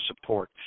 support